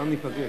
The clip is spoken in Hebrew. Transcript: לא מתכוון